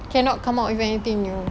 cannot come up with anything new